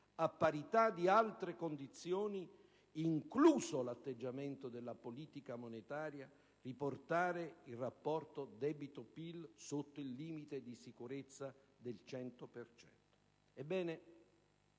a parità di altre condizioni, incluso l'atteggiamento della politica monetaria - riportare il rapporto debito-PIL sotto il limite di sicurezza del 100